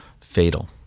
fatal